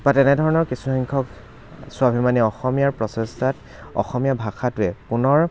বা তেনে ধৰণৰ কিছুসংখ্যক স্বাভিমানী অসমীয়াৰ প্ৰচেষ্টাত অসমীয়া ভাষাটোৱে পুনৰ